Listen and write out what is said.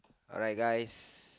alright guys